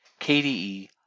KDE